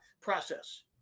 process